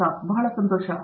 ಪ್ರತಾಪ್ ಹರಿಡೋಸ್ ಬಹಳ ಸಂತೋಷ